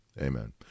amen